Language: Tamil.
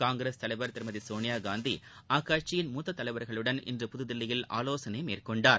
காங்கிரஸ் தலைவர் திருமதி சோளியாகாந்தி அக்கட்சியின் மூத்த தலைவர்களுடன் இன்று புதுதில்லியில் ஆலோசனை மேற்கொண்டார்